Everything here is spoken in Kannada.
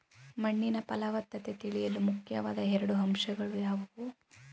ಮಣ್ಣಿನ ಫಲವತ್ತತೆ ತಿಳಿಯಲು ಮುಖ್ಯವಾದ ಎರಡು ಅಂಶಗಳು ಯಾವುವು?